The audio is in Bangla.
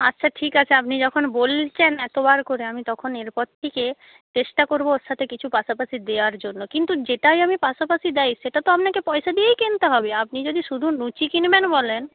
আচ্ছা ঠিক আছে আপনি যখন বলছেন এতোবার করে আমি তখন এরপর থেকে চেষ্টা করবো ওর সাথে কিছু পাশাপাশি দেয়ার জন্য কিন্তু যেটাই আমি পাশাপাশি দেই সেটা তো আপনাকে পয়সা দিয়েই কিনতে হবে আপনি যদি শুধু লুচি কিনবেন বলেন